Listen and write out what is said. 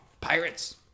Pirates